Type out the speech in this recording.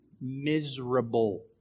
miserable